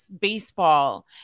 baseball